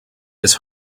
his